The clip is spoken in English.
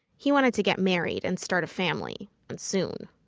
he wanted to get married and start a family and soon